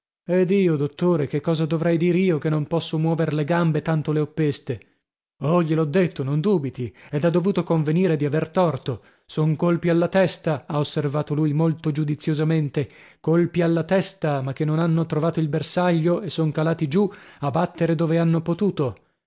ed io dottore che cosa dovrei dir io che non posso muover le gambe tanto le ho peste oh gliel'ho detto non dubiti ed ha dovuto convenire di aver torto son colpi alla testa ha osservato lui molto giudiziosamente colpi alla testa ma che non hanno trovato il bersaglio e son calati giù a battere dove hanno potuto